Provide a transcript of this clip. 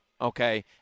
Okay